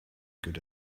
good